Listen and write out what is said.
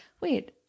wait